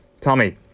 Tommy